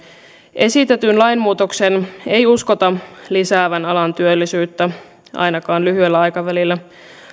esitetyn lainmuutoksen ei uskota lisäävän alan työllisyyttä ainakaan lyhyellä aikavälillä